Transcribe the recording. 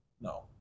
No